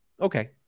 Okay